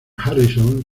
harrison